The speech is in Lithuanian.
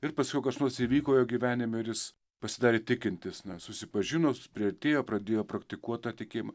ir paskiau kas nors įvyko jo gyvenime ir jis pasidarė tikintis na susipažino priartėjo pradėjo praktikuot tą tikėjimą